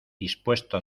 dispuesto